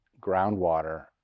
groundwater